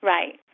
Right